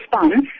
response